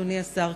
אדוני השר,